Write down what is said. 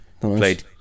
played